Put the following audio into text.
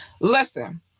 Listen